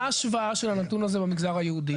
מה ההשוואה של הנתון הזה במגזר היהודי?